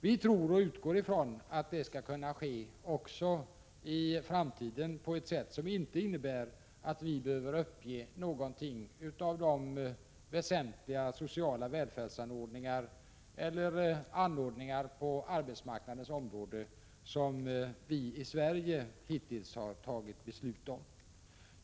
Vi utgår från att det skall kunna ske även i framtiden på ett sätt som inte innebär att vi behöver uppge någonting av de väsentliga sociala välfärdsanordningar eller anordningar på arbetsmarknaden som vi i Sverige hittills har tagit beslut om.